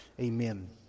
Amen